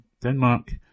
Denmark